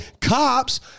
Cops